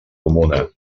comuna